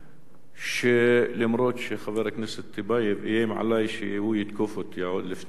למרות שחבר הכנסת טיבייב איים עלי שהוא יתקוף אותי עוד לפי שאדבר,